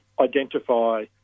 identify